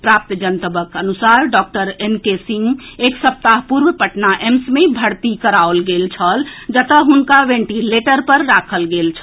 प्राप्त जनतबक अनुसार डॉक्टर एन के सिंह के एक सप्ताह पूर्व पटना एम्स मे भर्ती कराओल गेल छल जतऽ हुनका वेंटिलेटर पर राखल गेल छल